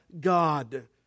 God